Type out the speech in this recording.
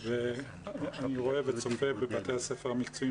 אני רואה וצופה בבתי הספר המקצועיים